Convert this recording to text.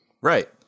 right